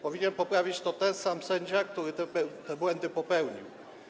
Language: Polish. Powinien poprawić je ten sam sędzia, który te błędy popełnił.